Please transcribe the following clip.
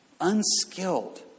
Unskilled